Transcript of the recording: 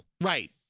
Right